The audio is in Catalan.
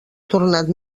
tornat